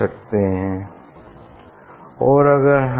इस सर्किल की रेडियस है r n जो एक कांस्टेंट थिकनेस t के लिए है